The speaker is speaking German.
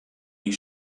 die